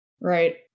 Right